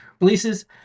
releases